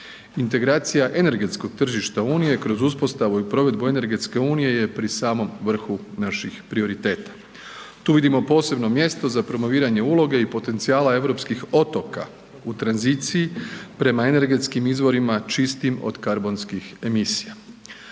Integracija energetskog tržišta unije kroz uspostavu i provedbu energetske unije je pri samom vrhu naših prioriteta. Tu vidimo posebno mjesto za promoviranje uloge i potencijala europskih otoka u tranziciji, prema energetskim izvorima čistim od karbonskih emisija.